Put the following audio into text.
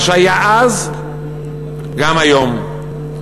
מה שהיה אז קיים גם היום.